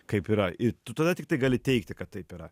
kaip yra ir tu tada tiktai gali teigti kad taip yra